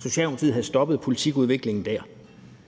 Socialdemokratiet havde stoppet politikudviklingen dér.